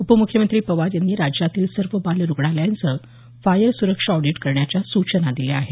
उपमुख्यमंत्री पवार यांनी राज्यातील सर्व बाल रुग्णालयांचं फायर सुरक्षा ऑडिट करण्याच्या सूचना दिल्या आहेत